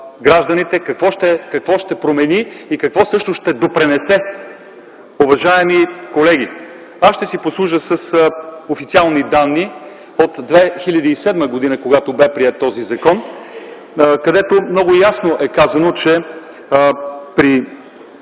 гражданите, какво ще промени и с какво всъщност ще допринесе, уважаеми колеги! Аз ще си послужа с официални данни от 2007 г., когато бе приет този закон. Много ясно е казано, че през